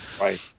right